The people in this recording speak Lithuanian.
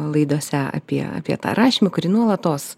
laidose apie apie tą rašymą kurį nuolatos